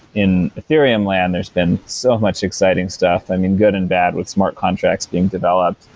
in ethereum land, there's been so much exciting stuff, i mean good and bad with smart contracts being developed,